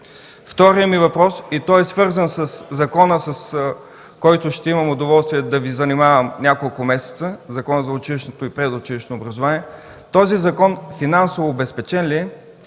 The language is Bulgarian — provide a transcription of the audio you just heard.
Вторият ми въпрос е свързан със закона, с който ще имам удоволствие да Ви занимавам няколко месеца – Закона за училищното и предучилищно образование. Този закон обезпечен ли е